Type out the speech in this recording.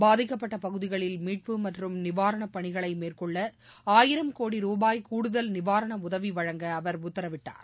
பாதிக்கப்பட்ட பகுதிகளில் மீட்பு மற்றும் நிவாரணப் பணிகளை மேற்கொள்ள ஆயிரம் கோடி ரூபாய் கூடுதல் நிவாரண உதவி வழங்க அவர் உத்தரவிட்டார்